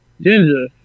Ginger